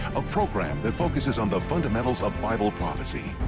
a program that focuses on the fundamentals of bible prophecy,